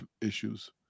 issues